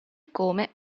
come